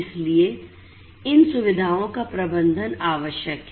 इसलिए इन सुविधाओं का प्रबंधन आवश्यक है